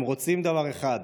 הוא רוצה דבר אחד,